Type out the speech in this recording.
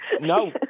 no